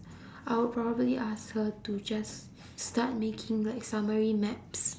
I would probably ask her to just start making like summary maps